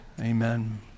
Amen